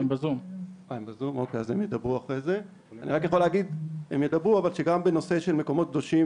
אני רק יכול להגיד שגם בנושא של מקומות קדושים,